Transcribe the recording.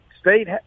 state